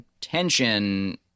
tension